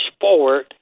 forward